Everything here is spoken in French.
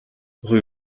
rue